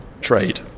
trade